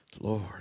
Lord